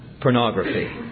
pornography